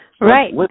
Right